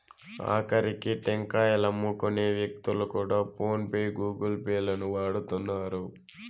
ఆకరికి టెంకాయలమ్ముకునే వ్యక్తులు కూడా ఫోన్ పే గూగుల్ పే లను వాడుతున్నారు